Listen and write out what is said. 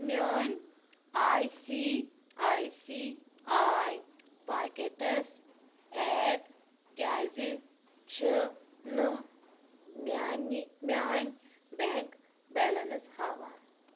میٛٲنۍ I C I C I pockets app کیٛازِ چھِنہٕ میٛانہِ میٛٲنۍ بٮ۪نٛک بیلَنٕس ہاوان